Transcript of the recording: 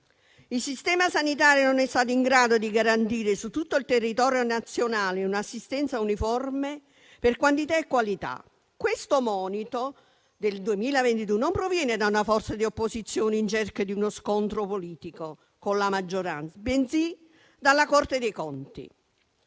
Il sistema sanitario non è stato in grado di garantire su tutto il territorio nazionale un'assistenza uniforme per quantità e qualità. Questo monito del 2022 non proviene da una forza di opposizione in cerca di uno scontro politico con la maggioranza, bensì dalla Corte dei conti.